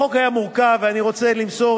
החוק היה מורכב, ואני רוצה למסור